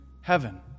heaven